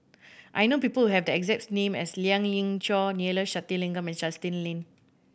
I know people have the exact name as Lien Ying Chow Neila Sathyalingam and Justin Lean